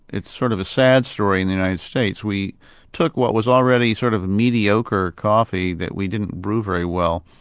it's sort of a sad story in the united states we took what was already sort of mediocre coffee that we didn't brew very well,